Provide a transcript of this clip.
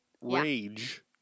rage